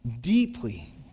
Deeply